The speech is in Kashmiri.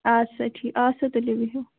آ سا ٹھیٖک آ سا تُلِو بِہِو